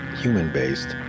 human-based